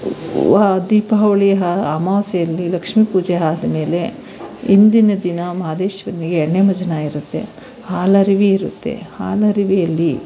ವಾ ದೀಪಾವಳಿ ಹ ಅಮಾವಾಸ್ಯೆಯಲ್ಲಿ ಲಕ್ಷ್ಮಿ ಪೂಜೆ ಆದಮೇಲೆ ಇಂದಿನ ದಿನ ಮಹದೇಶ್ವರನಿಗೆ ಎಣ್ಣೆ ಮಜ್ನ ಇರುತ್ತೆ ಹಾಲರವಿ ಇರುತ್ತೆ ಹಾಲರವಿಯಲ್ಲಿ